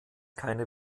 keine